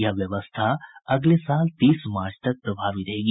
यह व्यवस्था अगले साल तीस मार्च तक प्रभावी रहेगी